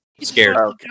Scared